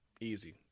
Easy